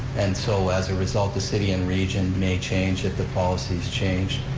and so as a result, the city and region may change if the policies change.